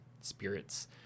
spirits